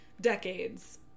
decades